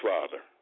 Father